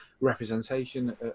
representation